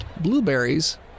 blueberries